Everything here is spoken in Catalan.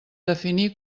definir